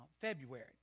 February